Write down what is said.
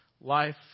life